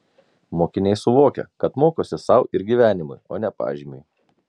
mokiniai suvokia kad mokosi sau ir gyvenimui o ne pažymiui